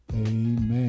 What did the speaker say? amen